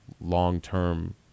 long-term